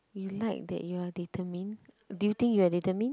you like that you are determined do you think you are determined